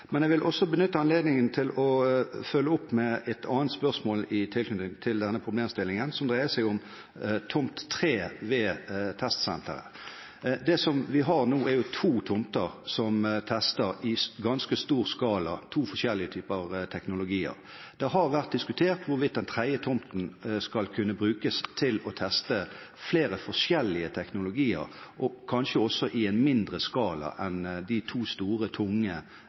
Jeg vil også benytte anledningen til å følge opp med et annet spørsmål i tilknytning til denne problemstillingen, som dreier seg om tomt 3 ved testsenteret. Det vi har nå, er to tomter som tester i ganske stor skala to forskjellige typer teknologier. Det har vært diskutert hvorvidt den tredje tomten skal kunne brukes til å teste flere forskjellige teknologier, og kanskje også i en mindre skala enn de to store, tunge